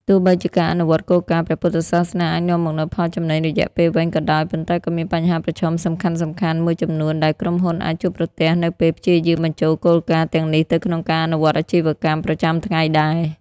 ទោះបីជាការអនុវត្តគោលការណ៍ព្រះពុទ្ធសាសនាអាចនាំមកនូវផលចំណេញរយៈពេលវែងក៏ដោយ ប៉ុន្តែក៏មានបញ្ហាប្រឈមសំខាន់ៗ មួយចំនួនដែលក្រុមហ៊ុនអាចជួបប្រទះនៅពេលព្យាយាមបញ្ចូលគោលការណ៍ទាំងនេះទៅក្នុងការអនុវត្តអាជីវកម្ម ប្រចាំថ្ងៃដែរ។